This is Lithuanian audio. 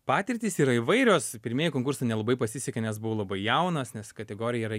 patirtys yra įvairios pirmieji konkursai nelabai pasisekė nes buvau labai jaunas nes kategorija yra